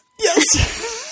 Yes